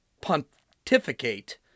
pontificate